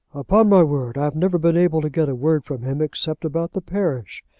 upon my word, i've never been able to get a word from him except about the parish.